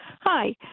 Hi